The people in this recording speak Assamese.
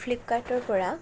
ফ্লীপকাৰ্টৰপৰা